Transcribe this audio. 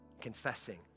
confessing